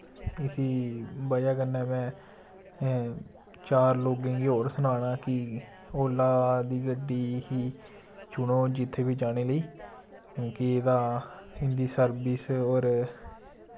इसी वजह कन्नै मैं चार लोकें गी और सनाना कि ओला दी गड्डी ही चुनो जित्थे बी जाने लेई क्यूंकि इ'दा इं'दी सर्बिस और